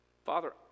Father